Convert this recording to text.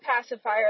pacifier